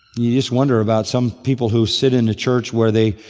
you just wonder about some people who sit in a church where they